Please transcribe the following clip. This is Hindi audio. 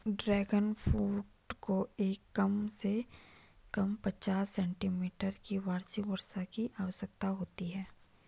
ड्रैगन फ्रूट को कम से कम पचास सेंटीमीटर की वार्षिक वर्षा की आवश्यकता होती है